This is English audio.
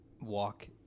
walk